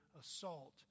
assault